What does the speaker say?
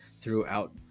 throughout